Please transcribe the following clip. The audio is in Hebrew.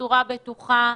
בצורה בטוחה,